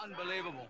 Unbelievable